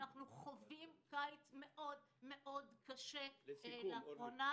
אנחנו חווים קיץ מאד קשה לאחרונה.